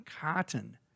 Cotton